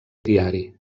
diari